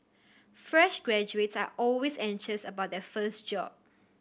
fresh graduates are always anxious about their first job